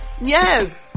Yes